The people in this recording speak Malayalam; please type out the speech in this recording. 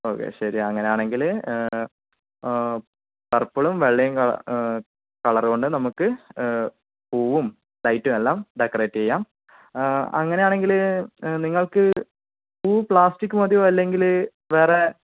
ഓക്കേ ശരി അങ്ങനെയാണെങ്കില് പർപ്പിളും വെള്ളയും കറുപ്പും കളറുകൊണ്ട് നമുക്ക് പൂവും ലൈറ്റും എല്ലാം ഡെക്കറേറ്റ് ചെയ്യാം അങ്ങനെയാണെങ്കില് നിങ്ങൾക്ക് പൂവ് പ്ലാസ്റ്റിക്ക് മതിയോ അല്ലെങ്കില് വേറെ